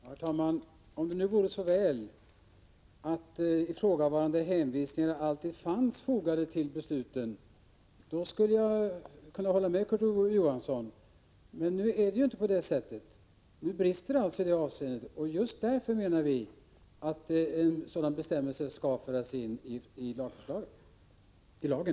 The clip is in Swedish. Herr talman! Om det vore så väl att ifrågavarande hänvisningar alltid fanns fogade till besluten, då skulle jag kunna hålla med Kurt Ove Johansson. Nu är det inte på det sättet. Nu brister det i det avseendet. Just därför menar vi att en sådan bestämmelse skulle föras in i lagen.